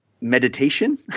meditation